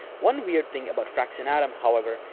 one weird thing about fraxinetum, however,